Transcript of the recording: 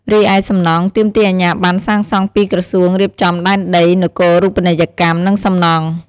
រីឯសំណង់ ទាមទារអាជ្ញាប័ណ្ណសាងសង់ពីក្រសួងរៀបចំដែនដី នគរូបនីយកម្ម និងសំណង់។